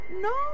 No